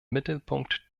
mittelpunkt